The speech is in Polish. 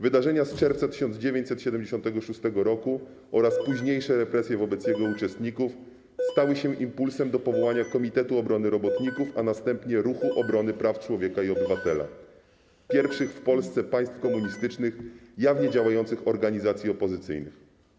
Wydarzenia z czerwca 1976 roku oraz późniejsze represje wobec jego uczestników, stały się impulsem do powołania Komitetu Obrony Robotników, a następnie Ruchu Obrony Praw Człowieka i Obywatela - pierwszych w bloku państw komunistycznych jawnie działających organizacji opozycyjnych.